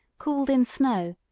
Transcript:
cooled in snow,